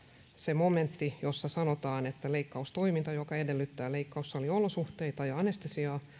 se momentti jossa sanotaan että leikkaustoiminta joka edellyttää leikkaussaliolosuhteita ja anestesiaa